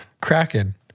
Kraken